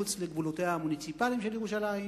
מחוץ לגבולותיה המוניציפליים של ירושלים,